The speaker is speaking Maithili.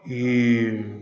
ई